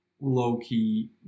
low-key